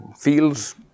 fields